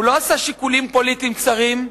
הוא לא עשה שיקולים פוליטיים צרים,